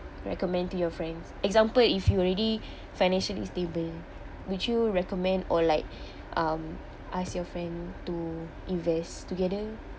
recommend to your friends example if you already financially stable would you recommend or like um ask your friend to invest together